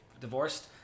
divorced